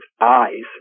eyes